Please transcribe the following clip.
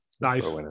Nice